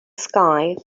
sky